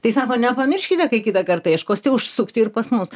tai sako nepamirškite kai kitą kartą ieškosite užsukti ir pas mus